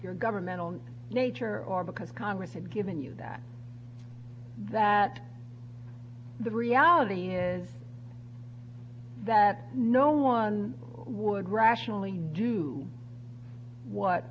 your governmental nature or because congress had given you that that the reality is that no one would rationally do what